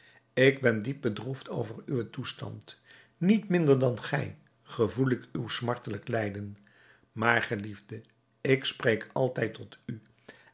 ik ben diep bedroefd over uwen toestand niet minder dan gij gevoel ik uw smartelijk lijden maar geliefde ik spreek altijd tot u